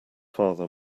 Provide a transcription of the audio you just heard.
father